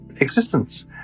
existence